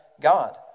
God